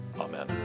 amen